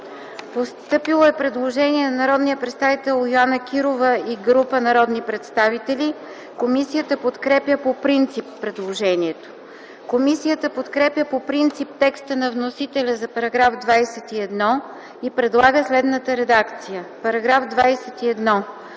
Постъпило е предложение на Йоана Кирова и група народни представители. Комисията подкрепя по принцип предложението. Комисията подкрепя по принцип текста на вносителя за § 21 и предлага следната редакция: „§ 21.